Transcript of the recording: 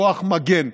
כוח מגן.